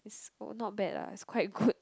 it's not bad lah it's quite good